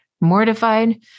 Mortified